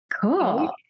Cool